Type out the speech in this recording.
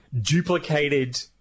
duplicated